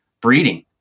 breeding